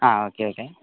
ആ okay okay